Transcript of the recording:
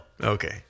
Okay